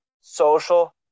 social